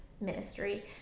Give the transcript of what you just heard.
ministry